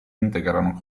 integrano